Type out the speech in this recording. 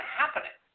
happening